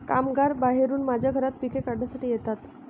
कामगार बाहेरून माझ्या घरात पिके काढण्यासाठी येतात